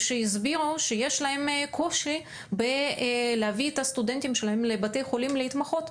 הם הסבירו שיש להם קושי להביא את הסטודנטים שלהם לבתי החולים להתמחות,